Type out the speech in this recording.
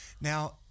now